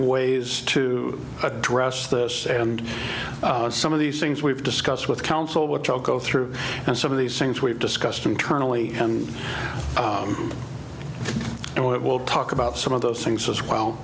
ways to address this and some of these things we've discussed with council which i'll go through and some of these things we've discussed internally and it will talk about some of those things as well